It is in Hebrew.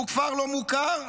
שהוא כפר לא מוכר,